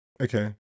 okay